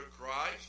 Christ